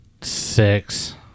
six